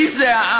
מי זה העם?